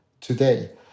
today